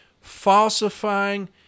falsifying